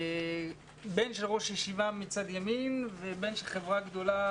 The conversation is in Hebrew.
בן של ראש ישיבה מצד ימין ובן של ראש חברה